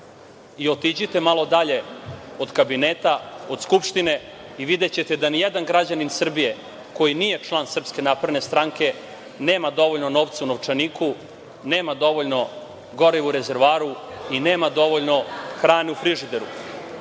Otiđite malo dalje od kabineta, od Skupštine i videćete da nijedan građanin Srbije koji nije član SNS nema dovoljno novca u novčaniku, nema dovoljno goriva u rezervoaru i nema dovoljno hrane u frižideru.O